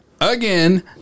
again